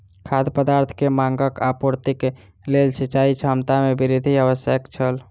खाद्य पदार्थ के मांगक आपूर्तिक लेल सिचाई क्षमता में वृद्धि आवश्यक छल